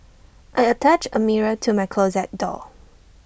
I attached A mirror to my closet door